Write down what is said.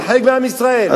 אני חלק מעם ישראל,